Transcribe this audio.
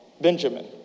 Benjamin